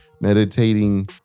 meditating